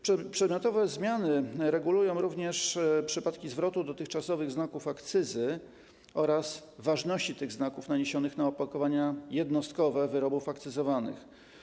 Przedmiotowe zmiany regulują również przypadki zwrotu dotychczasowych znaków akcyzy oraz kwestię ważności tych znaków naniesionych na opakowania jednostkowe wyrobów akcyzowanych.